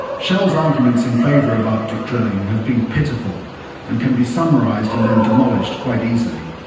shell's arguments in favour of arctic drilling have been pitiful and can be summarised and then demolished quite easily.